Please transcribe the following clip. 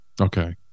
okay